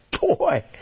Boy